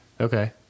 Okay